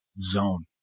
zone